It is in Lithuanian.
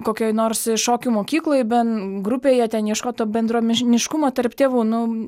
kokioj nors šokių mokykloj ben grupėje ten ieškot to bendruomeniškumo tarp tėvų nu